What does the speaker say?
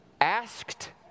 Asked